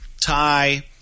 tie